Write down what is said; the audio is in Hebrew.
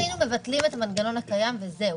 אם היינו מבטלים את המנגנון הקיים וזהו